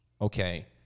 okay